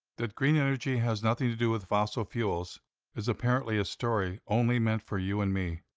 that green energy has nothing to do with fossil fuels is apparently a story only meant for you and me.